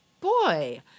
boy